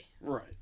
Right